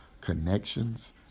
connections